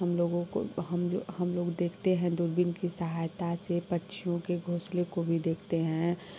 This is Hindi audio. हम लोगों को हम हम लोग देखते हैं दूरबीन की सहायता से पक्षियों के घोंसले को भी देखते हैं